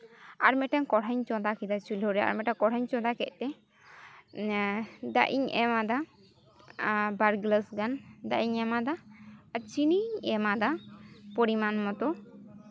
ᱟᱨ ᱢᱤᱫᱴᱮᱱ ᱠᱚᱲᱦᱟᱧ ᱪᱚᱸᱫᱟ ᱠᱮᱫᱟ ᱪᱩᱞᱦᱟᱹᱨᱮ ᱟᱨ ᱢᱤᱫᱴᱮᱱ ᱠᱚᱲᱦᱟᱧ ᱪᱚᱸᱫᱟ ᱠᱮᱫ ᱛᱮ ᱫᱟᱜ ᱤᱧ ᱮᱢ ᱟᱫᱟ ᱵᱟᱨ ᱜᱤᱞᱟᱹᱥ ᱜᱟᱱ ᱫᱟᱜ ᱤᱧ ᱮᱢ ᱟᱫᱟ ᱟᱨ ᱪᱤᱱᱤᱧ ᱮᱢ ᱟᱫᱟ ᱯᱚᱨᱤᱢᱟᱱ ᱢᱚᱛᱚ